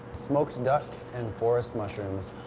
smoked duck and forest mushrooms.